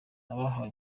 abahawe